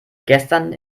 gestern